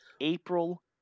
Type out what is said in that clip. april